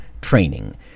training